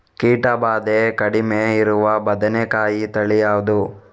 ಕೀಟ ಭಾದೆ ಕಡಿಮೆ ಇರುವ ಬದನೆಕಾಯಿ ತಳಿ ಯಾವುದು?